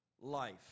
life